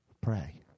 Pray